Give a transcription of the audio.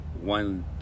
one